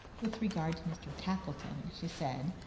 with regard to mr. tackleton, she said,